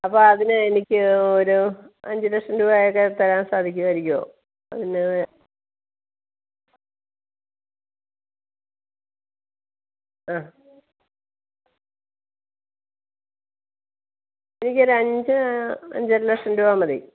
അപ്പം അതിന് എനിക്ക് ഒരു അഞ്ച് ലക്ഷം രൂപ വരെ തരാൻ സാധിക്കുമായിരിക്കുമോ അതിന് ആ എനിക്ക് ഒരഞ്ച് അഞ്ചര ലക്ഷം രൂപ മതി